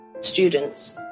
Students